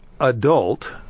adult